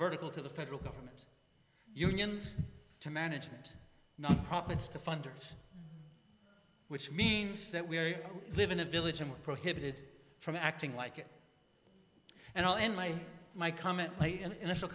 vertical to the federal government unions to management not profits to funders which means that we live in a village and were prohibited from acting like it and all in my my comment my initial